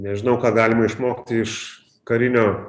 nežinau ką galima išmokti iš karinio